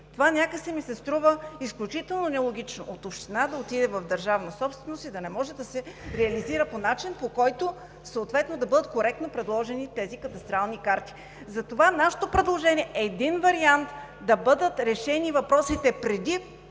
Това някак си ми се струва изключително нелогично – от община да отиде в държавна собственост и да не може да се реализира по начин, по който да бъдат коректно предложени тези кадастрални карти. Затова нашето предложение е един вариант – да бъдат решени въпросите преди